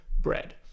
bread